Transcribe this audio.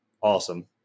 awesome